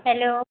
hello